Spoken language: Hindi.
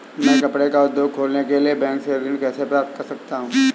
मैं कपड़े का उद्योग खोलने के लिए बैंक से ऋण कैसे प्राप्त कर सकता हूँ?